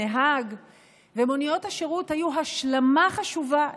מוניות השירות היו השלמה חשובה.